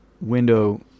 window